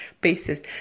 basis